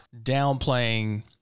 downplaying